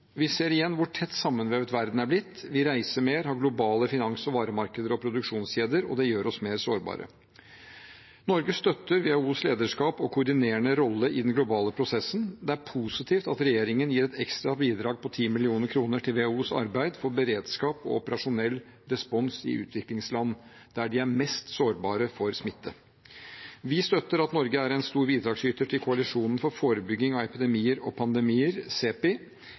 Vi ser igjen hvor tett sammenvevd verden er blitt. Vi reiser mer, har globale finans- og varemarkeder og produksjonskjeder, og det gjør oss mer sårbare. Norge støtter WHOs lederskap og koordinerende rolle i den globale prosessen. Det er positivt at regjeringen gir et ekstra bidrag på 10 mill. kr til WHOs arbeid for beredskap og operasjonell respons i utviklingsland, der de er mest sårbare for smitte. Vi støtter at Norge er en stor bidragsyter til koalisjonen for forebygging av epidemier og pandemier,